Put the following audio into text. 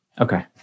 Okay